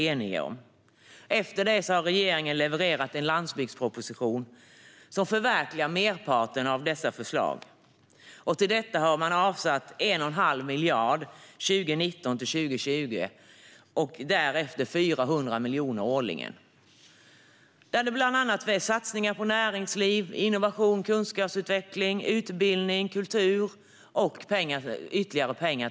Efter det har regeringen levererat en landsbygdsproposition som förverkligar merparten av dessa förslag. Till detta har regeringen avsatt 1 1⁄2 miljard 2019-2020 och därefter 400 miljoner årligen. Det handlar om satsningar på näringsliv, innovation, kunskapsutveckling, utbildning och kultur, och Norrlandsstödet får ytterligare pengar.